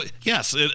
yes